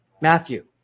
Matthew